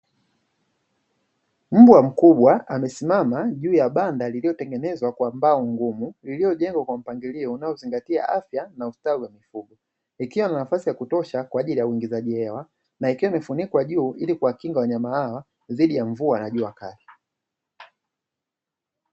Mbwa mkubwa amesimama juu ya banda lililotengenezwa kwa mbao ngumu iliyojengwa kwa mpangilio unaozingatia afya na ustawi wa mfugo, ikiwa na nafasi ya kutosha kwa ajili ya uigizaji hewa na ikiwa imefunikwa juu ili kuwakinga wanyama dhidi ya mvua na jua kali.